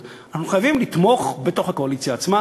אנחנו חייבים לתמוך בתוך הקואליציה עצמה,